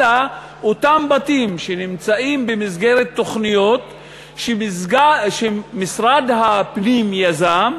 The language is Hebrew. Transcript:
אלא אותם בתים שנמצאים במסגרת תוכניות שמשרד הפנים יזם,